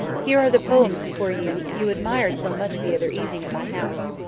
here are the poems for you you admired so much the other evening at my house.